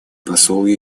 посол